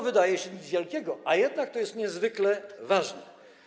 Wydaje się, że to nic wielkiego, a jednak to jest niezwykle ważne.